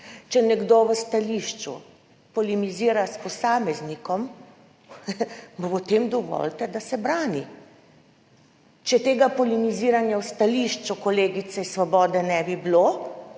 Če nekdo v stališču polemizira s posameznikom, mu potem dovolite, da se brani. Če tega polemiziranja v stališču kolegice iz Svobode ne bi bilo,